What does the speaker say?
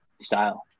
style